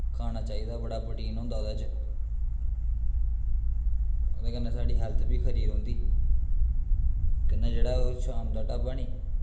खाना चाहिदा बड़ा प्रोटीन होंदा ओह्दै च ओह्दै कन्नै साढ़ी हैल्थ बी खरी रौंह्दी कन्नै जेह्ड़ा ओह् शाम दा ढाबा नी